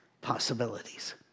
possibilities